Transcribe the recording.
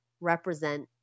represent